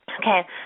Okay